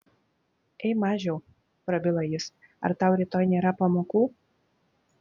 ei mažiau prabilo jis ar tau rytoj nėra pamokų